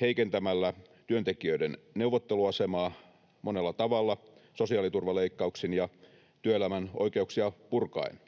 heikentämällä työntekijöiden neuvotteluasemaa monella tavalla, sosiaaliturvaleikkauksin ja työelämän oikeuksia purkaen.